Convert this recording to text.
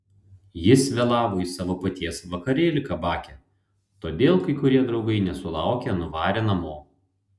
jis vėlavo į savo paties vakarėlį kabake todėl kai kurie draugai nesulaukę nuvarė namo